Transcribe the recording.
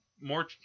more